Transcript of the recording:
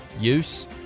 use